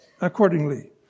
accordingly